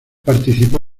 participó